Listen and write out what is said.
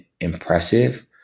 impressive